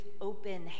open